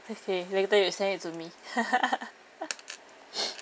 okay later you say it to me